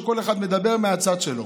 כשכל אחד מדבר מהצד שלו,